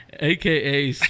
AKA